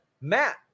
Matt